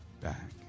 back